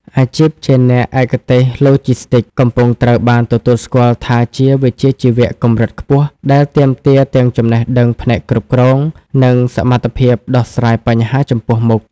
អាជីពជាអ្នកឯកទេសឡូជីស្ទីកកំពុងត្រូវបានទទួលស្គាល់ថាជាវិជ្ជាជីវៈកម្រិតខ្ពស់ ដែលទាមទារទាំងចំណេះដឹងផ្នែកគ្រប់គ្រង និងសមត្ថភាពដោះស្រាយបញ្ហាចំពោះមុខ។